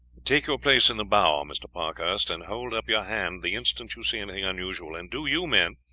take your place in the bow, mr. parkhurst, and hold up your hand the instant you see anything unusual, and do you, men,